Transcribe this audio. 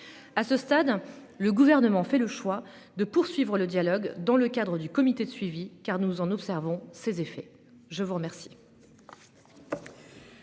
À ce stade, le Gouvernement fait le choix de poursuivre le dialogue dans le cadre du comité de suivi, dont nous observons les effets. Nous allons